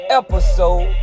episode